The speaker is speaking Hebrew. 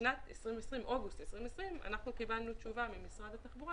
באוגוסט 2020 קיבלנו תשובה ממשרד התחבורה